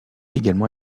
également